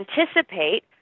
anticipate